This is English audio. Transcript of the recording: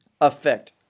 effect